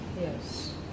Yes